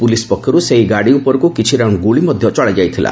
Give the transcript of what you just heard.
ପ୍ରଲିସ ପକ୍ଷର୍ ସେହି ଗାଡ଼ିଉପରକ୍ତ କିଛି ରାଉଣ୍ଡ ଗ୍ରଳି ମଧ୍ୟ ଚଳାଯାଇଥିଲା